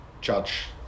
judge